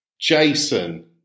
Jason